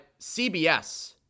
CBS